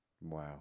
wow